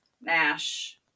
Nash